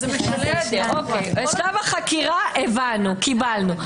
בשלב החקירה הבנו, קיבלנו.